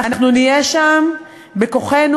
אנחנו נהיה שם בכוחנו,